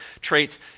traits